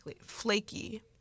flaky